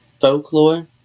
Folklore